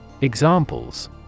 Examples